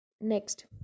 next